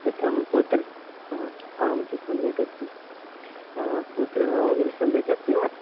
कथं पुत्रः अहं तु सम्यकस्मि पुत्रः वगरे सम्यकस्ति वा